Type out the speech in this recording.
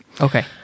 okay